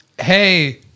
Hey